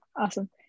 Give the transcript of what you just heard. awesome